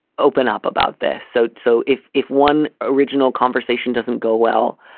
open up about this. so. so if if one original conversation doesn't go well,